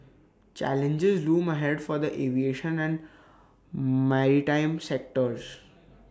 challenges loom ahead for the aviation and maritime sectors